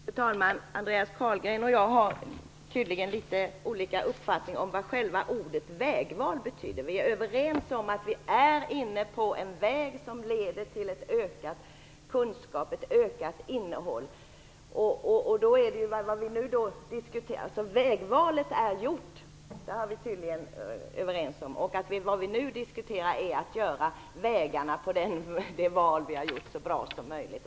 Fru talman! Andreas Carlgren och jag har tydligen litet olika uppfattning om vad själva ordet "vägval" betyder. Vi är överens om att vi är inne på en väg som leder till ökad kunskap och ökat innehåll. Vägvalet är gjort, vilket vi tydligen är överens om, och vad vi nu diskuterar är hur vi skall göra vägarna i det valet så bra som möjligt.